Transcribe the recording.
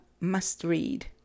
must-read